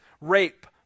rape